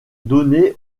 données